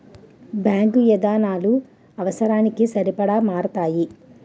bank విధానాలు అవసరాలకి సరిపడా మారతాయి